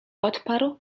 odparł